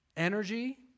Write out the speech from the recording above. energy